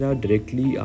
directly